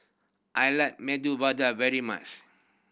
I like Medu Vada very much